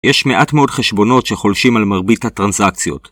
יש מעט מאוד חשבונות שחולשים על מרבית הטרנזקציות